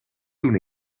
toen